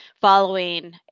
following